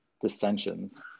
dissensions